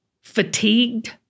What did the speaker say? fatigued